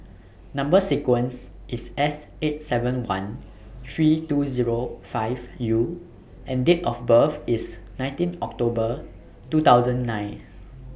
Number sequence IS S eight seven one three two Zero five U and Date of birth IS nineteen October two thousand nine